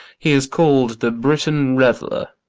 he is call'd the britain reveller.